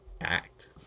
act